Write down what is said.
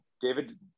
david